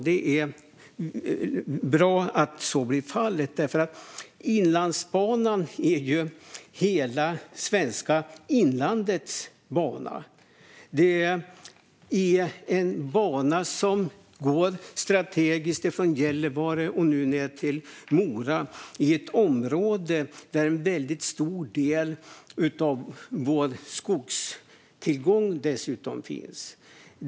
Det är bra att så blir fallet. Inlandsbanan är hela svenska inlandets bana. Det är en bana som går strategiskt från Gällivare och nu ned till Mora i ett område där dessutom en väldigt stor del av vår skogstillgång finns.